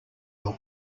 your